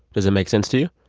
does it make sense to you?